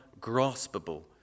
graspable